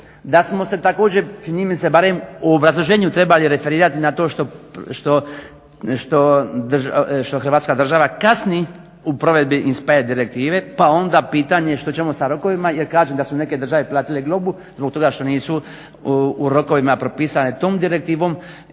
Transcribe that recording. da smo se također čini mi se barem u obrazloženju trebali referirati na to što Hrvatska država kasni u provedbi INSPIRE direktive pa onda je pitanje što ćemo sa rokovima. Jer kažem da su neke države platile globu zbog toga što nisu u rokovima propisane tom direktivom